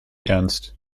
ernst